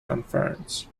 conference